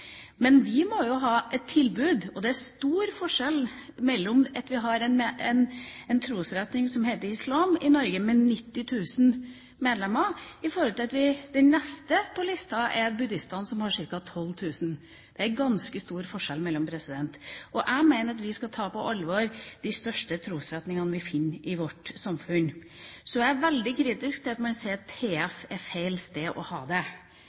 men vi må jo ha et tilbud. Det er stor forskjell mellom en trosretning i Norge som heter islam, med 90 000 medlemmer, og den neste på listen, buddhismen, med ca. 12 000 medlemmer. Det er ganske stor forskjell. Jeg mener at vi skal ta på alvor de største trosretningene vi finner i vårt samfunn. Så er jeg er veldig kritisk til at man sier at Det teologiske fakultet er feil sted å tilby dette, når det